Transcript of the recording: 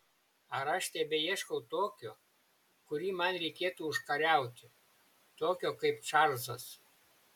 ar aš tebeieškau tokio kurį man reikėtų užkariauti tokio kaip čarlzas